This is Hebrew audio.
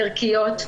ערכיות,